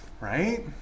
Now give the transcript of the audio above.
right